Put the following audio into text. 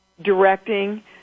directing